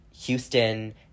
Houston